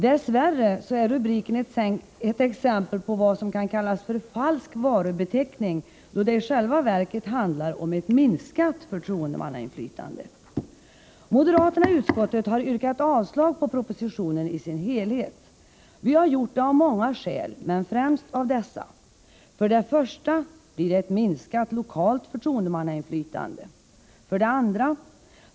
Dess värre är rubriken ett exempel på vad som kan kallas falsk varubeteckning, då det i själva verket handlar om ett minskat förtroendemannainflytande. Moderaterna i utskottet har yrkat avslag på propositionen i sin helhet. Det har vi gjort av många skäl, men främst av dessa: 1. Propositionens förslag innebär ett minskat lokalt förtroendemannainflytande. 2.